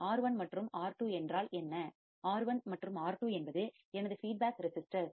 R1 மற்றும் R2 என்றால் என்ன R1 மற்றும் R2 என்பது எனது ஃபீட்பேக் ரெசிஸ்டர்ஸ்